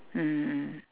mmhmm mm